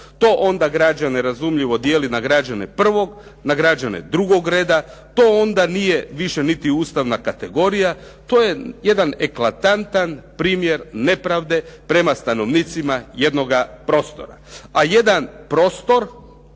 To onda građane, razumljivo, dijeli na građane prvog, na građane drugog reda, to onda nije više niti ustavna kategorija, to je jedan eklatantan primjer nepravde prema stanovnicima jednoga prostora. A jedan prostor,